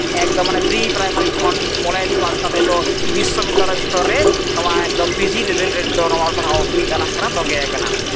ᱮᱠᱫᱚᱢ ᱢᱟᱱᱮ ᱯᱨᱤᱼᱯᱨᱟᱭᱢᱟᱨᱤ ᱠᱷᱚᱱ ᱠᱚᱞᱮᱡᱽ ᱯᱟᱥ ᱠᱟᱛᱮ ᱫᱚ ᱵᱤᱥᱥᱚ ᱵᱤᱫᱽᱫᱟᱞᱚᱭ ᱥᱛᱚᱨ ᱨᱮ ᱱᱚᱣᱟ ᱮᱠᱫᱚᱢ ᱯᱤᱡᱤ ᱞᱮᱵᱮᱞ ᱨᱮ ᱱᱤᱛᱚᱜ ᱱᱚᱣᱟ ᱚᱞᱼᱯᱟᱲᱦᱟᱣ ᱪᱟᱞᱟᱜ ᱠᱟᱱᱟ ᱛᱚᱸᱜᱮ ᱟᱠᱟᱱᱟ